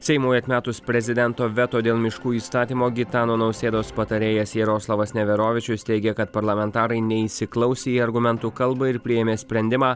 seimui atmetus prezidento veto dėl miškų įstatymo gitano nausėdos patarėjas jaroslavas neverovičius teigia kad parlamentarai neįsiklausė į argumentų kalbą ir priėmė sprendimą